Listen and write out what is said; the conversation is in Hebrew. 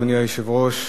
אדוני היושב-ראש,